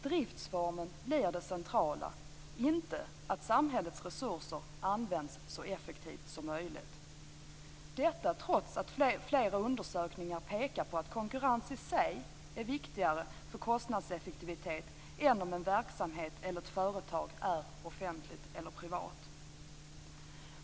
Driftformen blir det centrala, inte att samhällets resurser används så effektivt som möjligt; detta trots att flera undersökningar pekar på att konkurrens i sig är viktigare för kostnadseffektiviteten än om en verksamhet eller ett företag är i offentlig eller privat regi.